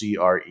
CRE